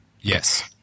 Yes